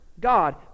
God